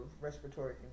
respiratory